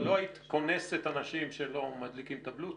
אבל לא היית קונסת אותו אם הוא לא מדליק את הבלוטות'.